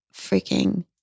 freaking